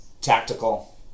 tactical